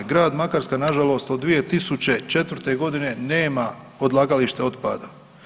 Grad Makarska nažalost od 2004.g. nema odlagalište otpada.